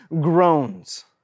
groans